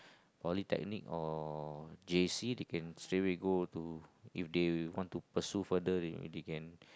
polytechnic or J_C they can straight away go to if they want to pursue further in the end